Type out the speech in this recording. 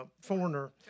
Foreigner